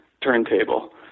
turntable